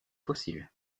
fossiles